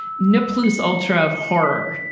no, plus ultra of horror.